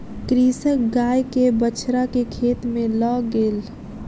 कृषक गाय के बछड़ा के खेत में लअ गेल